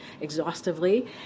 exhaustively